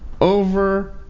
over